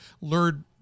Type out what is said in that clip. lured